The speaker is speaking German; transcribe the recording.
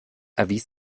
erwies